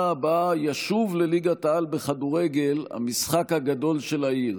הבאה ישוב לליגת-העל בכדורגל המשחק הגדול של העיר,